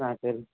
ஆ சரி